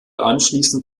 anschließend